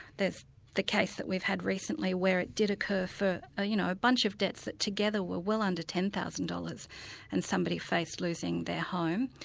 there's the case that we've had recently where it did occur for ah you know a bunch of debts that together were well under ten thousand dollars and somebody faced losing their home.